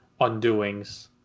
undoings